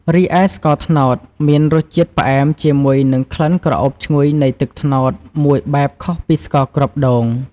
រីឯស្ករត្នោត មានរសជាតិផ្អែមជាមួយនឹងក្លិនក្រអូបឈ្ងុយនៃទឹកត្នោតមួយបែបខុសពីស្ករគ្រាប់ដូង។